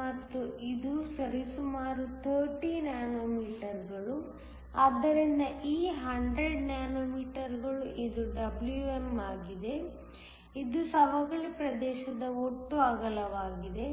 ಮತ್ತು ಇದು ಸರಿಸುಮಾರು 30 ನ್ಯಾನೋಮೀಟರ್ಗಳು ಆದ್ದರಿಂದ ಈ 100 ನ್ಯಾನೋಮೀಟರ್ಗಳು ಇದು Wm ಆಗಿದೆ ಇದು ಸವಕಳಿ ಪ್ರದೇಶದ ಒಟ್ಟು ಅಗಲವಾಗಿದೆ